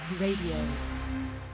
Radio